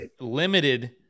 limited